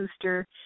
booster